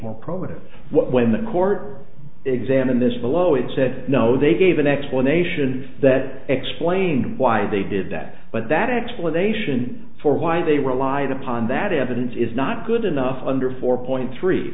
more problems when the court examine this below it said no they gave an explanation that explained why they did that but that explanation for why they relied upon that evidence is not good enough under four point three